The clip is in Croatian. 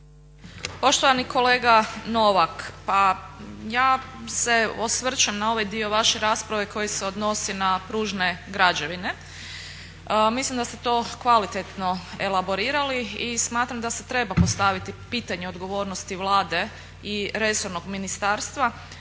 Poštovani kolega Novak, pa ja se osvrćem na ovaj dio vaše rasprave koji se odnosi na pružne građevine, a mislim da ste to kvalitetno elaborirali i smatram da se treba postaviti pitanje odgovornosti Vlade i resornog ministarstva